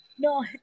No